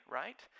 right